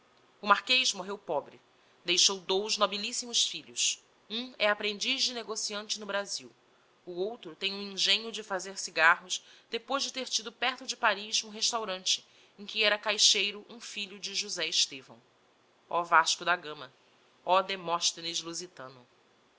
o marques morreu pobre deixou dous nobilissimos filhos um é aprendiz de negociante no brasil o outro tem um engenho de fazer cigarros depois de ter tido perto de paris um restaurante em que era caixeiro um filho de josé estevão ó vasco da gama ó demosthenes lusitano